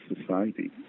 society